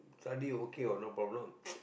study okay what no problem